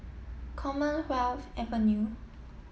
Commonwealth Avenue